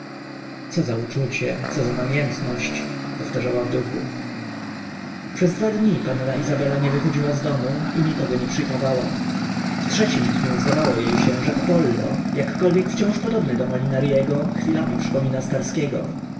co za uczucie co za namiętność powtarzała w duchu przez dwa dni panna izabela nie wychodziła z domu i nikogo nie przyjmowała w trzecim dniu zdawało jej się że apolo jakkolwiek wciąż podobny do molinarego chwilami przypomina starskiego